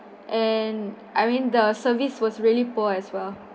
and I mean the service was really poor as well